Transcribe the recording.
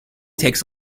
takes